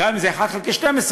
גם אם זה 1 חלקי 12,